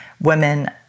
Women